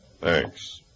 Thanks